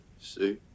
see